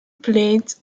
played